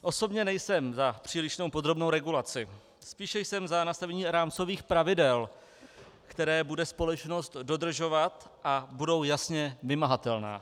Osobně nejsem za přílišnou podrobnou regulaci, spíše jsem za nastavení rámcových pravidel, která bude společnost dodržovat a budou jasně vymahatelná.